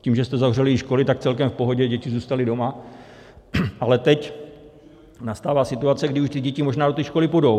Tím, že jste zavřeli i školy, tak celkem v pohodě děti zůstaly doma, ale teď nastává situace, kdy už ty děti možná do té školy půjdou.